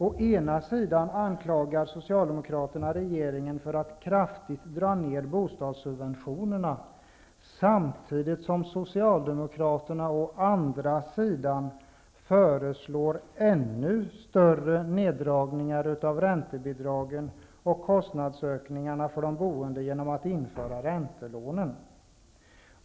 Å ena sidan anklagar Socialdemokraterna regeringen för att kraftigt dra ned bostadssubventionerna, samtidigt som de å andra sidan föreslår ännu större neddragningar av räntebidrag och kostnadsökningar för de boende genom att införa räntelån.